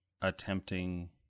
attempting